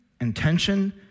intention